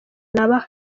naba